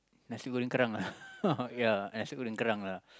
nasi-goreng-kerang lah ya nasi-goreng-kerang